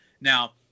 Now